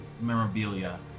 memorabilia